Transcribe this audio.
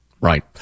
Right